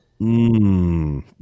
Mmm